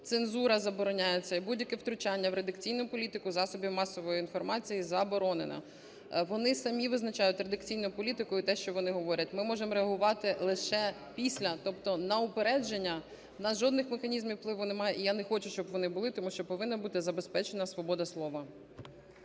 цензура забороняється і будь-яке втручання в редакційну політику засобів масової інформації заборонено. Вони самі визначають редакційну політику і те, що вони говорять. Ми можемо реагувати лише після, тобто на упередження, в нас жодних механізмів впливу немає, і я не хочу, щоб вони були, тому що повинна бути забезпечена свобода слова.